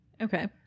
okay